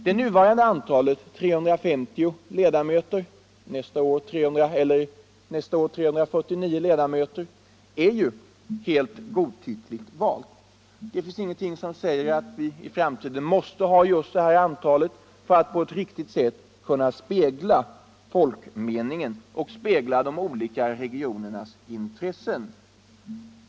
Det nuvarande antalet — 350 ledamöter, nästa år 349 ledamöter — är ju helt godtyckligt valt. Det finns ingenting som säger att vi i framtiden måste ha just det antalet för att på ett riktigt sätt kunna spegla folkmeningen och de olika regionernas intressen.